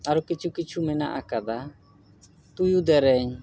ᱟᱨᱚ ᱠᱤᱪᱷᱩ ᱠᱤᱪᱷᱩ ᱢᱮᱱᱟᱜ ᱟᱠᱟᱫᱟ ᱛᱩᱭᱩ ᱫᱮᱨᱮᱧ